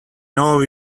know